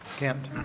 kent.